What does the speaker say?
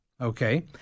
okay